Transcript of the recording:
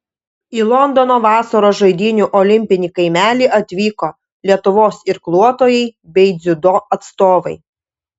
į londono vasaros žaidynių olimpinį kaimelį atvyko lietuvos irkluotojai bei dziudo atstovai